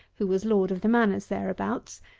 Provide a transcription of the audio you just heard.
who was lord of the manors thereabouts,